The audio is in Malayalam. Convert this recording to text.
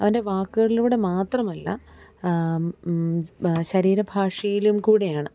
അവന്റെ വാക്കുകളിലൂടെ മാത്രമല്ല ശരീരഭാഷയിലും കൂടെയാണ്